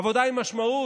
עבודה היא משמעות,